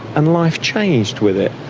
and life changed with it,